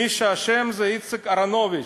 מי שאשם זה איציק אהרונוביץ,